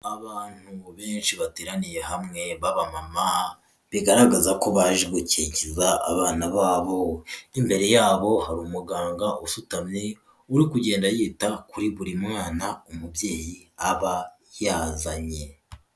Abantu benshi bateraniye hamwe b'abamama, bigaragaza ko baje gukikiza abana babo, imbere yabo hari umuganga usutamye, uri kugenda yita kuri buri mwana umubyeyi aba yazanye.